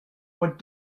what